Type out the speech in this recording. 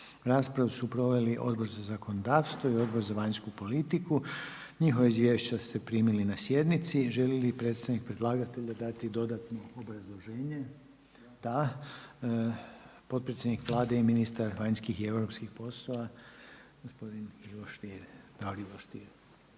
Raspravu su proveli Odbor za zakonodavstvo i Odbor za vanjsku politiku. Njihova izvješća ste primili na sjednici. Želi li predstavnik predlagatelja dati dodatno obrazloženje? Da. Potpredsjednik Vlade i ministar vanjskih i europskih poslova, gospodin Ivo Stier,